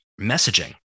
messaging